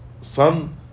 Son